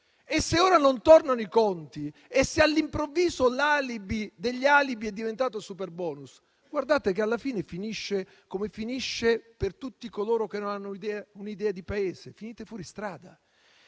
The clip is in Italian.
Se ora non tornano i conti e se, all'improvviso, l'alibi degli alibi è diventato il superbonus, guardate che, alla fine, finirà come finisce per tutti coloro che non hanno un'idea di Paese. Finirete fuori strada.